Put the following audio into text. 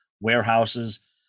warehouses